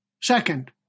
Second